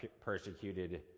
persecuted